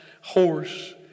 horse